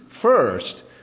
first